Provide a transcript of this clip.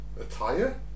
attire